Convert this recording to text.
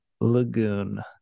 Lagoon